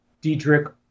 Diedrich